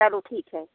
चलो ठीक है